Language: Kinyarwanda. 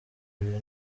ibi